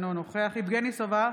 אינו נוכח יבגני סובה,